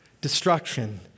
destruction